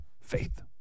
Faith